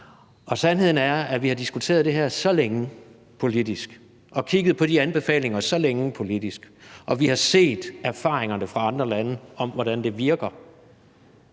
sandheden er, at vi har diskuteret det her så længe politisk og kigget på de anbefalinger så længe politisk, og vi har set erfaringerne fra andre lande med, hvordan det virker,